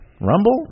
Rumble